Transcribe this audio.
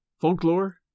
Folklore